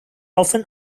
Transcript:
often